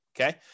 Okay